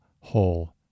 whole